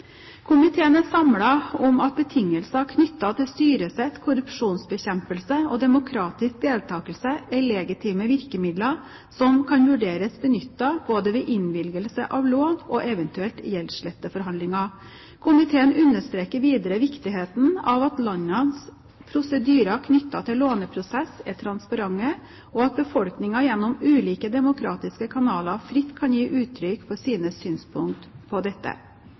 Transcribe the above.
Komiteen er samlet om at betingelser knyttet til styresett, korrupsjonsbekjempelse og demokratisk deltakelse er legitime virkemidler som kan vurderes benyttet både ved innvilgelse av lån og i eventuelle gjeldsletteforhandlinger. Komiteen understreker videre viktigheten av at landenes prosedyrer knyttet til låneprosessen er transparente, og at befolkningen gjennom ulike demokratiske kanaler fritt kan gi uttrykk for sine synspunkter på dette.